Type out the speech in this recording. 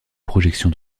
projections